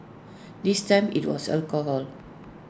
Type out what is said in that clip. this time IT was alcohol